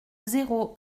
zéro